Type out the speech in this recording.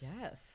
Yes